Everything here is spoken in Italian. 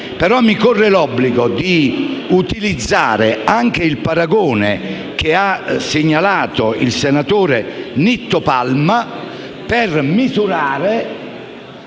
però mi corre l'obbligo di utilizzare anche il paragone che ha segnalato il senatore Palma per avere